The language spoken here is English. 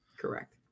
Correct